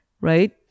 right